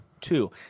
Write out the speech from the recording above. two